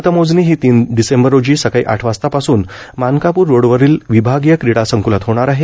मतमोजणी ही तीन डिसेंबर रोजी सकाळी आठ वाजता पासून मानकापूर रोडवरील विभागीय क्रीडा संकुलात होणार आहे